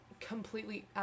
completely